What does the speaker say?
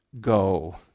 go